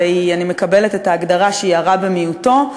ואני מקבלת את ההגדרה שהיא הרע במיעוטו.